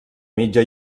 mitja